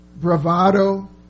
bravado